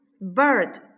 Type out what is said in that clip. bird